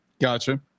Gotcha